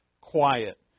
quiet